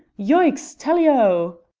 yoicks! tally-ho!